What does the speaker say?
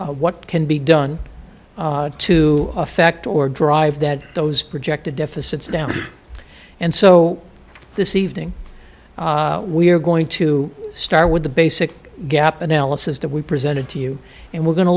and what can be done to effect or drive that those projected deficits down and so this evening we're going to start with the basic gap analysis that we presented to you and we're going to